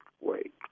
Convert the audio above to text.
Wait